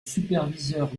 superviseur